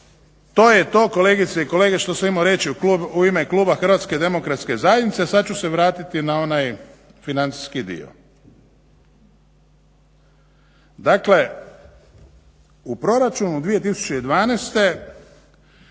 to je to kolegice i kolege što sam imao reći u ime kluba HDZ-a, sad ću se vratiti na onaj financijski dio. Dakle, u proračunu 2012.